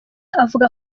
avuga